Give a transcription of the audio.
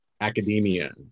academia